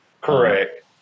Correct